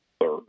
third